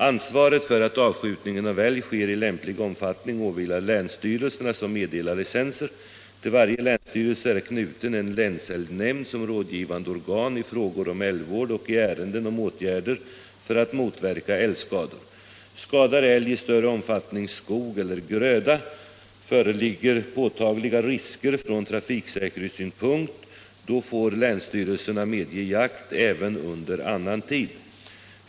Ansvaret för att avskjutningen av älg sker i lämplig omfattning åvilar länsstyrelserna, som meddelar licenser. Till varje länsstyrelse är knuten en länsälgnämnd som rådgivande organ i frågor om älgvård och i ärenden om åtgärder för att motverka älgskador. Skadar älg i större omfattning skog eller gröda eller föreligger påtagliga risker från trafiksäkerhetssynpunkt får länsstyrelsen medge jakt även under annan tid.